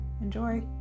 enjoy